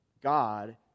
God